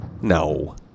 No